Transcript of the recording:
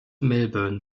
melbourne